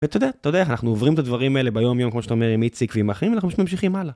ואתה יודע, אתה יודע איך אנחנו עוברים את הדברים האלה ביום יום, כמו שאתה אומר, עם איציק ועם אחרים, ואנחנו ממשיכים הלאה.